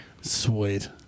Sweet